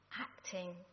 acting